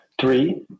Three